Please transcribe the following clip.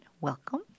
Welcome